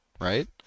right